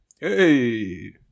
hey